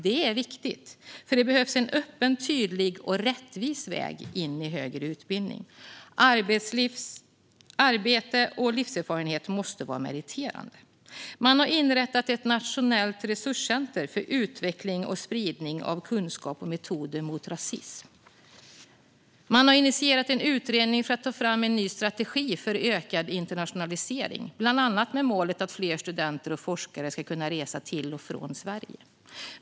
Detta är viktigt, för det behövs en öppen, tydlig och rättvis väg in i högre utbildning. Arbetslivserfarenhet måste vara meriterande. Man har inrättat ett nationellt resurscenter för utveckling och spridning av kunskap och metoder mot rasism. Man har initierat en utredning för att ta fram en ny strategi för ökad internationalisering, bland annat med målet att fler studenter och forskare ska kunna resa till och från Sverige.